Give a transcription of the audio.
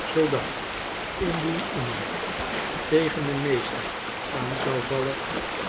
zoodat indien iemand tegen den meester aan zou vallen